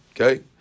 okay